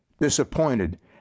disappointed